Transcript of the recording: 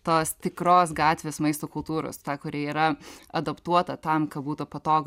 tos tikros gatvės maisto kultūros ta kuri yra adaptuota tam būtų patogu